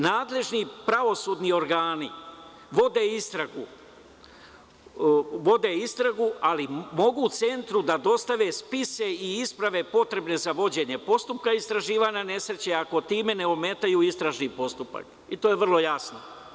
Nadležni pravosudni organi vode istragu, ali mogu Centru da dostave spise i isprave potrebne za vođenje postupka istraživanja nesreće ako time ne ometaju istražni postupak i to je vrlo jasno.